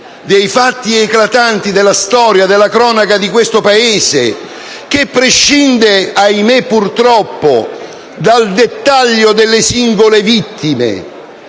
dei fatti eclatanti della storia e della cronaca di questo Paese, che prescinde purtroppo - ahimè - dal dettaglio delle singole vittime